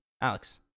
alex